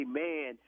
man